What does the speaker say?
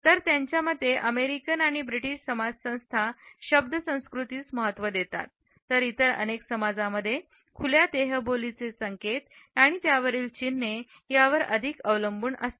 तर त्याच्या मते अमेरिकन आणि ब्रिटिश समाजसंस्था शब्द संस्कृती महत्व देतात तर इतर अनेक समाजामध्ये खुल्या देहबोलीचे संकेत आणि त्यावरील चिन्हे यावर अधिक अवलंबून असतात